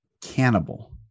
cannibal